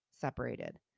separated